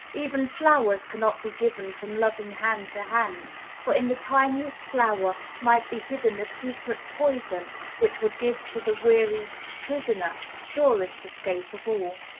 even flowers cannot be given from loving hand to hand for in the tiniest flower might be hidden the secret poison which would give to the weary prisoner surest escape of all.